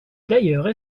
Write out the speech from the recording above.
d’ailleurs